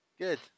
Good